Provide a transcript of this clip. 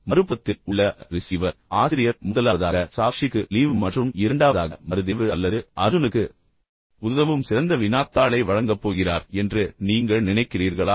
மறுபுறத்தில் உள்ள ரிசீவர் ஆசிரியர் முதலாவதாக சாக்ஷிக்கு லீவு மற்றும் இரண்டாவதாக மறுதேர்வு அல்லது அர்ஜுனுக்கு உதவும் சிறந்த வினாத்தாளை வழங்கப் போகிறார் என்று நீங்கள் நினைக்கிறீர்களா